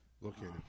located